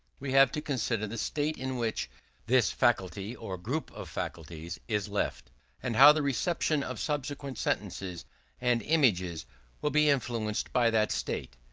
we have to consider the state in which this faculty or group of faculties is left and how the reception of subsequent sentences and images will be influenced by that state.